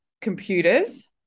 computers